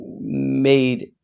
made